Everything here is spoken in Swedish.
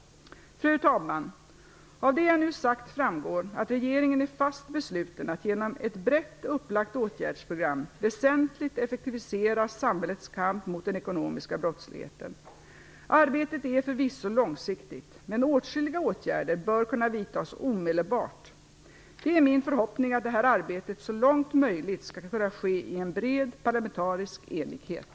Fru talman! Av det jag nu sagt framgår att regeringen är fast besluten att genom ett brett upplagt åtgärdsprogram väsentligt effektivisera samhällets kamp mot den ekonomiska brottsligheten. Arbetet är förvisso långsiktigt, men åtskilliga åtgärder bör kunna vidtas omedelbart. Det är min förhoppning att detta arbete så långt som möjligt skall kunna ske i bred parlamentarisk enighet.